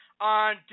on